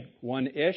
one-ish